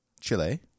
Chile